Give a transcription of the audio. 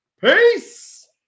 Peace